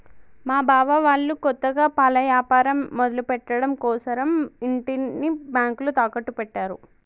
మా బావ వాళ్ళు కొత్తగా పాల యాపారం మొదలుపెట్టడం కోసరం ఇంటిని బ్యేంకులో తాకట్టు పెట్టారు